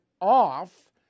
off